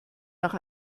nach